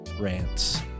rants